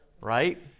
right